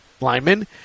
lineman